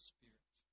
Spirit